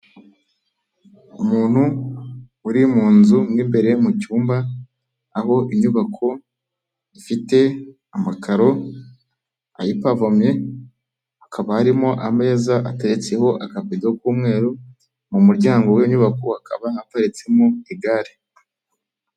Umuntu uri mu nzu mo imbere mu cyumba aho inyubako ifite amakaro ayipavomye, hakaba harimo ameza ateretsemo akabido k'umweru mu muryango w'inyubako hakaba haparitsemo igare.